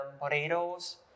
Potatoes